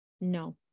no